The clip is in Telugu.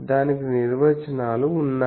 దానికి నిర్వచనాలు ఉన్నాయి